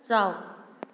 ꯆꯥꯎ